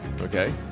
okay